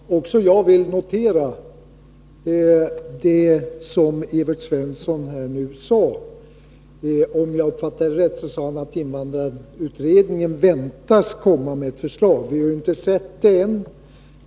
Fru talman! Också jag vill notera vad Evert Svensson nu sade om att invandrarutredningen — om jag fattade honom rätt — väntas komma med ett förslag. Vi har inte sett det än.